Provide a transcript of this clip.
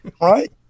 right